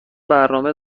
برنامه